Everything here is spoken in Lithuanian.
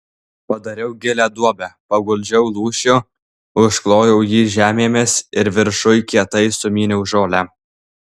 padariau gilią duobę paguldžiau lūšių užklojau jį žemėmis ir viršuj kietai sumyniau žolę